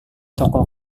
toko